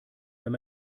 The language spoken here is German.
wenn